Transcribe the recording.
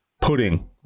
pudding